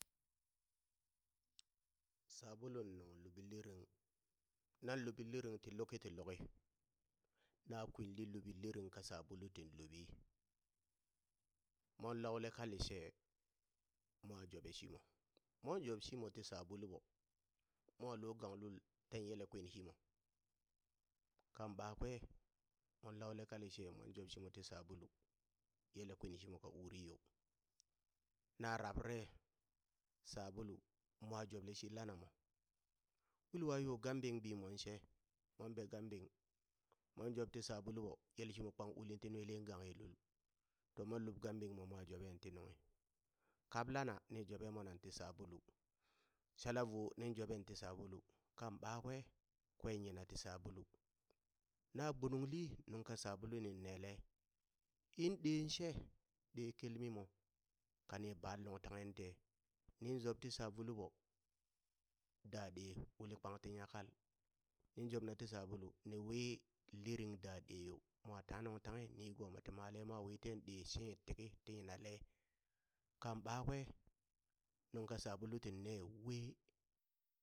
Sabulu nuŋ luɓi liriŋ nang luɓi liriŋ ti liku ti luki, na kwinli nloubi liriŋ ka sabulu tin luɓi mon laule ka lishe mwa joɓe shimo moŋ job shimo ti shabulu ɓo, mo lo gang lul ten yele kwin shimo, kan ɓakwe mon laule ka lishe mon job shimon ti shabulu yele kwin shimo ka uri yo, na rabrare sabulu mwa joble shi lanamo wulwa yo gambiŋ bimoŋ she mo be gambiŋ mon job ti sabuluɓo yele shimo kpang ulin ti nwili gang ye lul, to mon lub gambiŋmo mwa jobe ti nunghi kab lana niŋ joɓeŋ mwana ti sabulu salavo nin joɓe ti sabulu kan ɓakwe, kwen yina ti sabulu, na gbunungli nungka sabulu ning nele in ɗeeŋ she ɗee kelmi mo kani ba nung tanghe de nin zob ti sabulu ɓo, da ɗe uli kpang ti nyakal nin jobna ti sabulu ni wi liriŋ da ɗe yo mo tanghe nung tanghe nigomo ti male mwa wi ten ɗe shiit tiki ti yinale, kan ɓakwe nunka sabulu tinne wee.